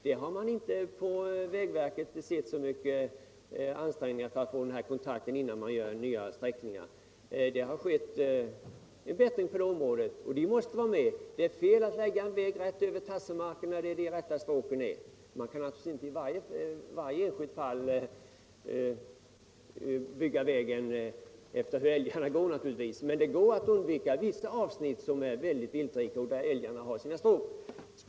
Vägverket har inte ansträngt sig särskilt mycket för att ta den kontakten vid sin planering, men det har skett en bättring på det området. Det är fel att lägga en väg rätt över tassemarkerna där de stora djurstråken går. Man kan naturligtvis inte i varje enskilt fall undvika att bygga en väg där älgarna går, men det borde gå att undvika att lägga den över vissa marker som är väldigt viltrika och där älgarna har sina stråk.